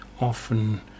often